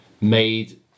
made